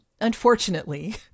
unfortunately